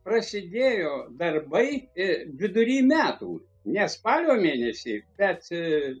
prasidėjo darbai ė vidury metų ne spalio mėnesį bet